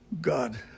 God